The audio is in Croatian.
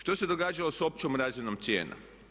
Što se događalo sa općom razinom cijena?